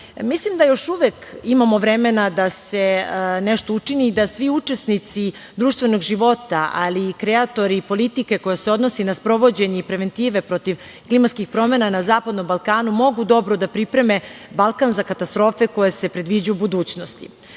da još uvek imamo vremena da se nešto učini i da svi učesnici društvenog života, ali i kreatori politike koja se odnosi na sprovođenje i preventive protiv klimatskih promena na zapadnom Balkanu, mogu dobro da pripreme Balkan za katastrofe koje se predviđaju u budućnosti. Srbija